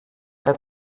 que